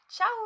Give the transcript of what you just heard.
ciao